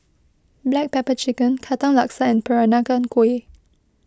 Black Pepper Chicken Katong Laksa and Peranakan Kueh